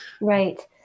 Right